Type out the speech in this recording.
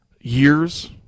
years